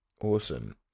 Awesome